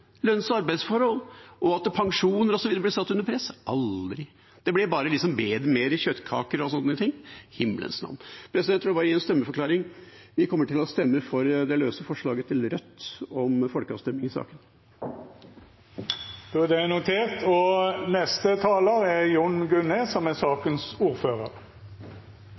lønns- og arbeidsforhold og pensjoner osv. blir satt under press: aldri. Det blir bare mer kjøttkaker og sånne ting – i himmelens navn! Jeg vil bare gi en stemmeforklaring. Vi kommer til å stemme for det løse forslaget til Rødt om folkeavstemning i saken. Jeg synes at representanten Hoksrud egentlig stilte Arbeiderpartiet et godt spørsmål, om de faktisk hadde bestemt seg, og